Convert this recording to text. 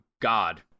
god